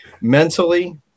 Mentally